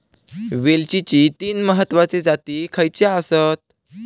वेलचीचे तीन महत्वाचे जाती खयचे आसत?